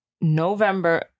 November